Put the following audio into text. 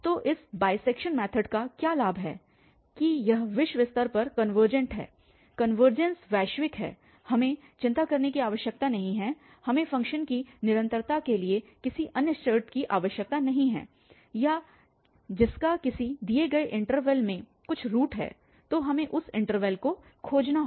तो इस bisection method का क्या लाभ है कि यह विश्व स्तर पर कनवर्जेंट है कनवर्जेंस वैश्विक है हमें चिंता करने की आवश्यकता नहीं है हमें फ़ंक्शन की निरंतरता के लिए किसी अन्य शर्त की आवश्यकता नहीं है और जिसका किसी दिए गए इन्टरवल में कुछ रूट है तो हमें उस इन्टरवल को खोजना होगा